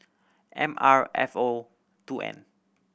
M R F O two N